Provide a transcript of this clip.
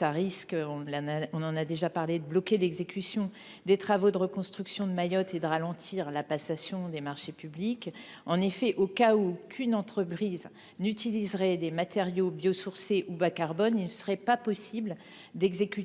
proposé risque de bloquer l’exécution des travaux de reconstruction de Mayotte et de ralentir la passation des marchés publics. En effet, dans le cas où aucune entreprise n’utiliserait des matériaux biosourcés ou bas carbone, il ne serait pas possible d’exécuter